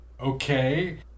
okay